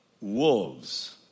wolves